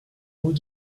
vous